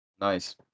nice